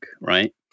right